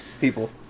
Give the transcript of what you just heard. people